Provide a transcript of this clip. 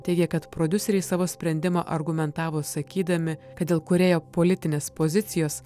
teigia kad prodiuseriai savo sprendimą argumentavo sakydami kad dėl kūrėjo politinės pozicijos